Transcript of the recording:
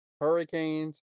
Hurricanes